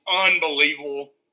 unbelievable